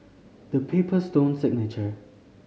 The Paper Stone Signature